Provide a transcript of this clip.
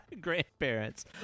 Grandparents